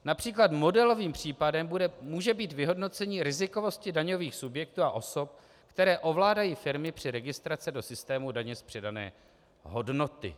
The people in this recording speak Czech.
Například modelovým případem může být vyhodnocení rizikovosti daňových subjektů a osob, které ovládají firmy při registraci do systému daně z přidané hodnoty.